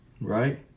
Right